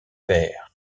père